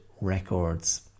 records